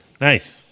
Nice